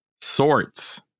sorts